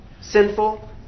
sinful